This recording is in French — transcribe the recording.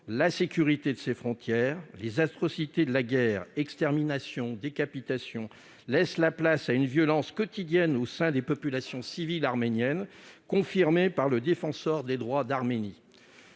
la sécurité de ses frontières. Les atrocités de la guerre- exterminations, décapitations -laissent la place à une violence quotidienne au sein des populations civiles arméniennes, confirmée par le défenseur des droits d'Arménie.